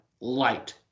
light